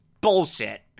bullshit